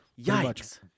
Yikes